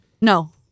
No